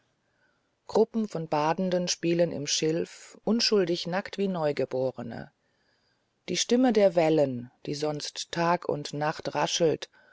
gruppen von badenden spielen im schilf unschuldig nackt wie neugeborene die stimme der wellen die sonst tag und nacht raschelt